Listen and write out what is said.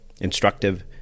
instructive